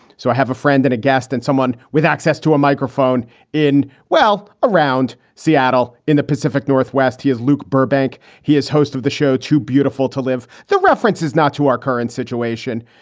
so i have a friend and a guest and someone with access to a microphone in well, around seattle in the pacific northwest. he is luke burbank. he is host of the show, too beautiful to live. the reference is not to our current situation.